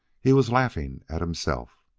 he was laughing at himself.